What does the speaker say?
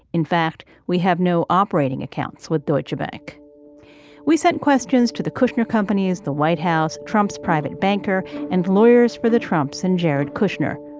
in fact, we have no operating accounts with deutsche bank we sent questions to the kushner companies, the white house, trump's private banker and lawyers for the trumps and jared kushner.